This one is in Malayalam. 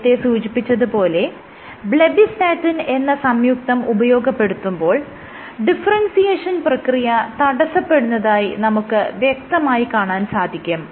നേരത്തെ സൂചിപ്പിച്ചത് പോലെ ബ്ലെബ്ബിസ്റ്റാറ്റിൻ എന്ന സംയുക്തം ഉപയോഗപ്പെടുത്തുമ്പോൾ ഡിഫറെൻസിയേഷൻ പ്രക്രിയ തടസ്സപ്പെടുന്നതായി നമുക്ക് വ്യക്തമായി കാണാൻ സാധിക്കും